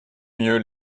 mieux